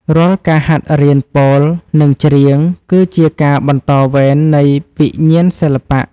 រាល់ការហាត់រៀនពោល និងច្រៀង គឺជាការបន្តវេននៃវិញ្ញាណសិល្បៈ។